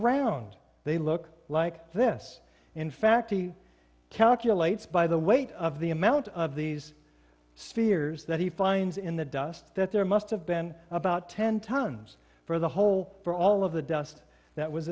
round they look like this in fact he calculates by the weight of the amount of these spheres that he finds in the dust that there must have been about ten tons for the whole for all of the dust that was